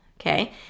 okay